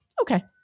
okay